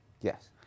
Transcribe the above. Yes